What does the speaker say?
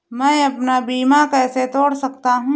मैं अपना बीमा कैसे तोड़ सकता हूँ?